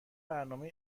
برنامه